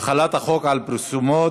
החלת החוק על פרסומות